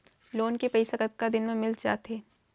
Loan के पइसा कतका दिन मा मिलिस जाथे?